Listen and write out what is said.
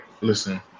Listen